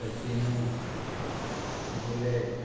फसिनो bullet